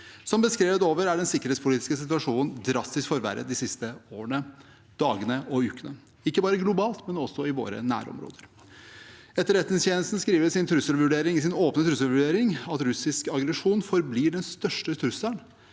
Som beskrevet over er den sikkerhetspolitiske situasjonen drastisk forverret de siste årene, dagene og ukene, ikke bare globalt, men også i våre nærområder. Etterretningstjenesten skriver i sin åpne trusselvurdering at russisk aggresjon forblir den største trusselen